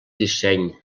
disseny